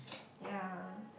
ya